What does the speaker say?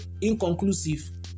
inconclusive